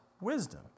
wisdom